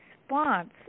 response